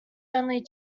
only